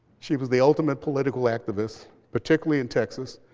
she was the ultimate political activist, particularly in texas.